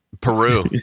Peru